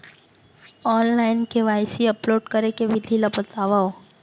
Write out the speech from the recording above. Online KYC upload करे के विधि ला बतावव?